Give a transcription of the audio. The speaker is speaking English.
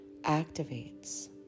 activates